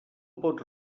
pot